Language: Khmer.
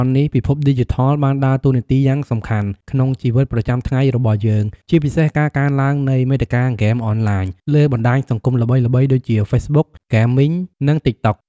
បច្ចុប្បន្ននេះ ពិភពឌីជីថលបានដើរតួនាទីយ៉ាងសំខាន់ក្នុងជីវិតប្រចាំថ្ងៃរបស់យើង ជាពិសេសការកើនឡើងនៃ មាតិកាហ្គេមអនឡាញ លើបណ្ដាញសង្គមល្បីៗដូចជា ហ្វេសបុក ហ្គេមីង និង ទីកតុក។